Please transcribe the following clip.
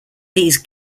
these